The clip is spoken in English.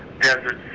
desert